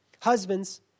Husbands